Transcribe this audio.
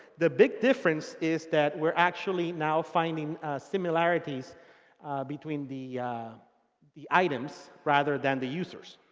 the big difference is that we're actually now finding similarities between the the items rather than the users.